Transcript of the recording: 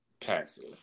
passive